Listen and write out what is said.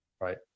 right